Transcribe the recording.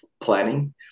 planning